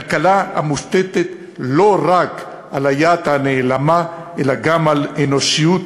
כלכלה המושתתת לא רק על היד הנעלמה אלא גם על אנושיות,